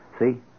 See